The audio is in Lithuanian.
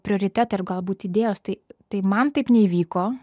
prioritetai ar galbūt idėjos tai tai man taip neįvyko